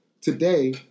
Today